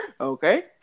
okay